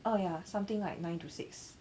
oh ya something like nine to six